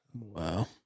Wow